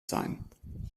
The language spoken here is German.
sein